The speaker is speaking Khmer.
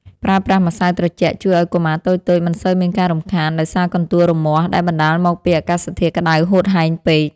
ប្រើប្រាស់ម្សៅត្រជាក់ជួយឱ្យកុមារតូចៗមិនសូវមានការរំខានដោយសារកន្ទួលរមាស់ដែលបណ្ដាលមកពីអាកាសធាតុក្តៅហួតហែងពេក។